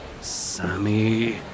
Sammy